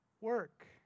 work